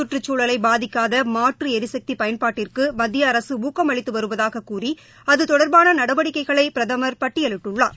கற்றுக்சூழலை பாதிக்காத மாற்று ளிசக்தி பயன்பாட்டிற்கு மத்திய அரசு ஊக்கம் அளித்து வருவதாகக் கூறி அது தொடர்பான நடவடிக்கைகளை பிரதமர் பட்டியலிட்டுள்ளார்